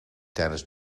tijdens